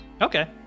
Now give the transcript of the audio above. Okay